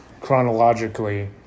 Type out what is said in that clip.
chronologically